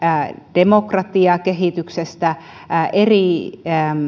demokratiakehityksestä